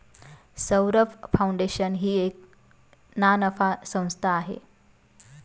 Saurabh foundation ही एक ना नफा संस्था आहे